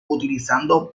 utilizando